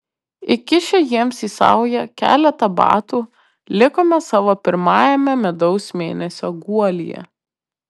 įkišę jiems į saują keletą batų likome savo pirmajame medaus mėnesio guolyje